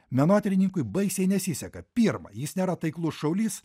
menotyrininkui baisiai nesiseka pirma jis nėra taiklus šaulys